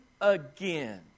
again